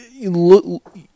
look